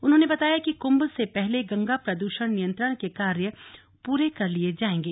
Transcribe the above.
उन्होने बताया कि कुंभ से पहले गंगा प्रदूषण नियत्रंण के कार्य पूरे कर लिए जाएंगे